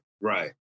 Right